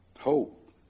hope